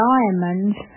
Diamonds